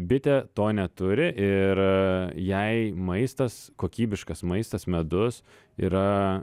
bitė to neturi ir jai maistas kokybiškas maistas medus yra